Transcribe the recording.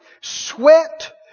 sweat